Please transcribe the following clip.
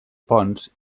ponts